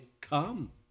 come